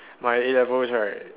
my A-levels right